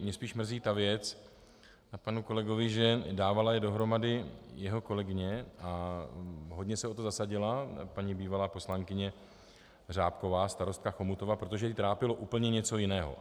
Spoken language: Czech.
Mě spíš mrzí ta věc na panu kolegovi, že je dávala dohromady jeho kolegyně a hodně se o to zasadila paní bývalá poslankyně Řápková, starostka Chomutova, protože ji trápilo úplně něco jiného.